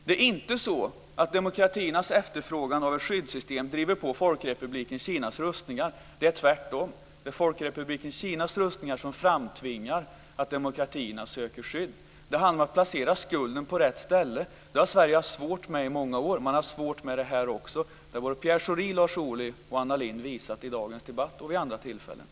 Det är inte så att demokratiernas efterfrågan på ett skyddssystem driver på Folkrepubliken Kinas rustningar. Det är tvärtom så att Folkrepubliken Kinas rustningar framtvingar att demokratierna söker skydd. Det handlar om att placera skulden på rätt ställe. Detta har Sverige haft svårt att göra i många år, och man har svårt med det också här. Detta har i dagens debatt och vid andra tillfällen visats av Lars Ohly, Anna Lindh och även Pierre Schori.